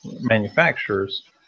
manufacturers